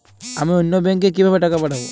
আমি অন্য ব্যাংকে কিভাবে টাকা পাঠাব?